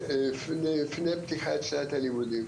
לפני פתיחת שנת הלימודים.